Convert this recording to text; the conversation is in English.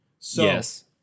Yes